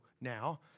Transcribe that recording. now